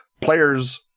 Players